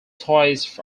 toys